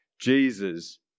Jesus